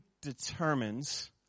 determines